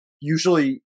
usually